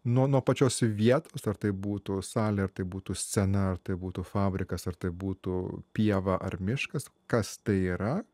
nuo nuo pačios vietos ar tai būtų salė ar tai būtų scena ar tai būtų fabrikas ar tai būtų pieva ar miškas kas tai yra